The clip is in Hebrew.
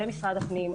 ומשרד הפנים,